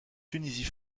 tunisie